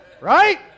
Right